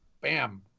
Bam